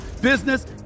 business